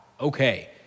okay